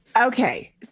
Okay